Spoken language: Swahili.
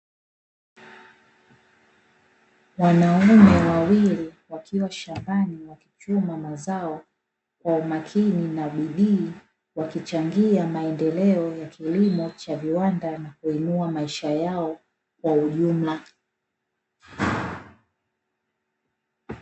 Wanaume wawili wakiwa shambani wakichuma mazao, kwa umakini na bidii, wakichangia maendeleo ya kilimo cha viwanda, na kuinua maisha yao kwa ujumla.